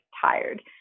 tired